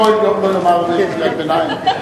יואל לא יאמר קריאת ביניים?